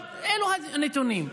אלו הנתונים,